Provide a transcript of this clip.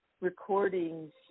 recordings